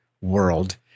world